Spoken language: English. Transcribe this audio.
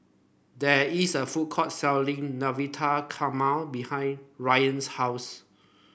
there is a food court selling Navratan Korma behind Ryann's house